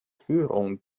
führung